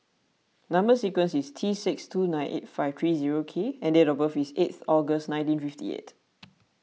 Number Sequence is T six two nine eight five three zero K and date of birth is eighth August nineteen fifty eight